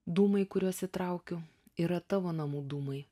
dūmai kuriuos įtraukiu yra tavo namų dūmai